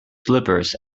slippers